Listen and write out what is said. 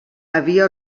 havia